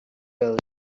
well